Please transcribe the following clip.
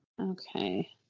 okay